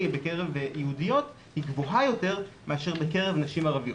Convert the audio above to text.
בקרב יהודיות גבוהה יותר מאשר בקרב נשים ערביות.